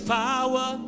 power